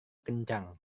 kencang